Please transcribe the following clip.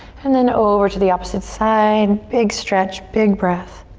and then over to the opposite side. big stretch, big breath.